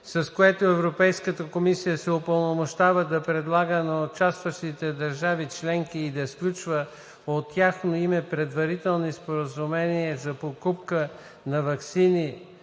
с което Европейската комисия се упълномощава да предлага на участващите държави членки и да сключва от тяхно име предварителни споразумения за покупка на ваксини